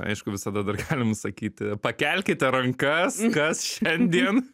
aišku visada dar galima sakyti pakelkite rankas kas šiandien